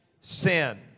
sin